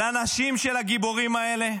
לנשים של הגיבורים האלה?